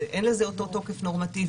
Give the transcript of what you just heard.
אין לזה אותו תוקף נורמטיבי.